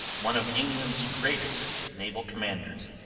one of england's greatest naval commanders.